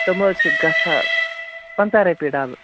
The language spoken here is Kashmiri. تِم حظ چھِ گَژھان پنژاہ رۄپیہِ ڈبہٕ